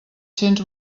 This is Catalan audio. cents